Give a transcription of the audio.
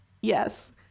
yes